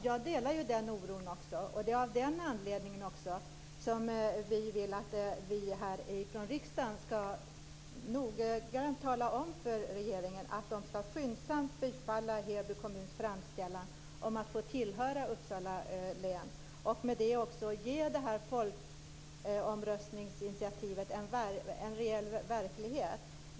Fru talman! Jag delar den oron. Det är också av den anledningen som vi vill att riksdagen noggrant skall tala om för regeringen att man skyndsamt skall bifalla Heby kommuns framställan om att få tillhöra Uppsala län och med det också ge folkomröstningsinitiativet en verklighet.